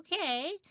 Okay